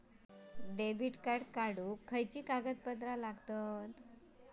Debit card काढुक कोणते कागदपत्र लागतत?